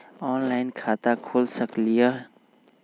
Online खाता खोल सकलीह?